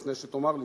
לפני שתאמר לי